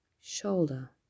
shoulder